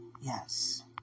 yes